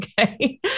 Okay